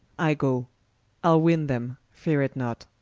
i goe ile winne them, feare it not.